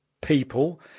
people